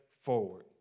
forward